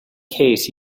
case